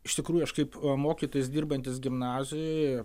iš tikrųjų aš kaip mokytojas dirbantis gimnazijoje